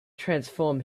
transform